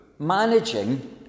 Managing